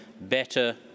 better